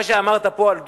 מה שאמרת פה על דו-קיום,